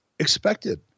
Expected